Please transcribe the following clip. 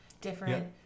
different